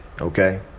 okay